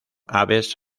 aves